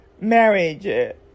marriage